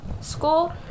school